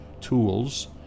tools